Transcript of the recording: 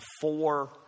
four